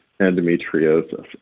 endometriosis